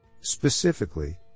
Specifically